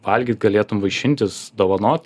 valgyt galėtum vaišintis dovanot